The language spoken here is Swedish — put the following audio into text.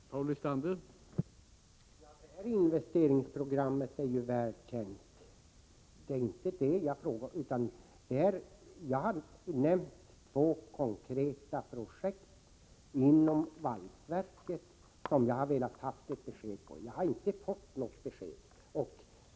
Herr talman! Det här investeringsprogrammet är ju väl känt. Det är inte det jag frågar om, utan jag har nämnt två konkreta projekt inom valsverken, som jag velat få besked om. Jag har inte fått något besked.